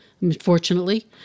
unfortunately